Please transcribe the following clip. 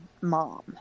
mom